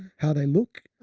how they look.